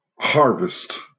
harvest